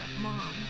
mom